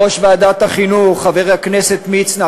ראש ועדת החינוך חבר הכנסת מצנע,